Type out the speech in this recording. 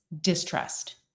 distrust